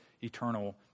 eternal